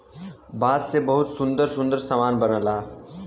बांस से बहुते सुंदर सुंदर सामान बनला